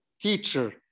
teacher